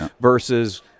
versus